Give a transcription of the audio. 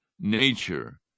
Nature